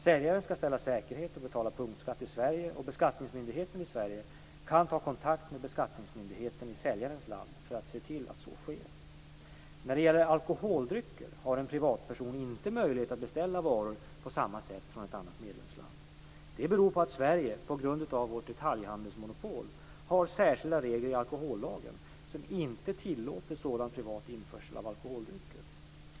Säljaren skall ställa säkerhet och betala punktskatt i Sverige, och beskattningsmyndigheten i Sverige kan ta kontakt med beskattningsmyndigheten i säljarens land för att se till att så sker. När det gäller alkoholdrycker har en privatperson inte möjlighet att beställa varor på samma sätt från ett annat medlemsland. Det beror på att Sverige på grund av vårt detaljhandelsmonopol har särskilda regler i alkohollagen som inte tillåter sådan privat införsel av alkoholdrycker.